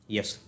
Yes